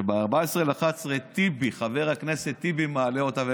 ב-14 בנובמבר חבר הכנסת טיבי מעלה אותה.